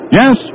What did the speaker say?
Yes